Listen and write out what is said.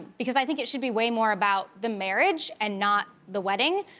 because i think it should be way more about the marriage, and not the wedding.